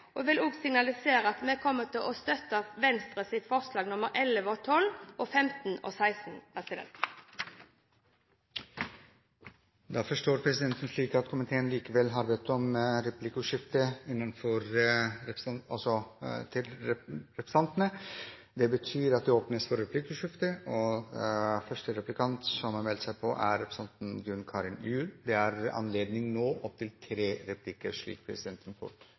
og vil også signalisere at vi kommer til å støtte Venstres forslag nr. 11, 12, 15 og 16. Representanten Solveig Horne har tatt opp de forslagene hun refererte til. Da forstår presidenten det slik at familie- og kulturkomiteen likevel har bedt om replikker til representantenes innlegg. Det betyr at det åpnes for replikkordskifte. Den første replikanten som har meldt seg på, er Gunn Karin Gjul. Det er nå anledning til inntil tre replikker, slik presidenten